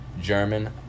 German